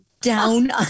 down